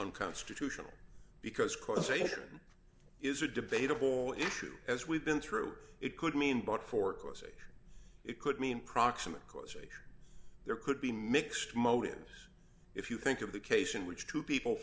unconstitutional because causation is a debatable issue as we've been through it could mean but for causation it could mean proximate cause there could be mixed motives if you think of the case in which two people